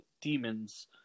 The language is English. demons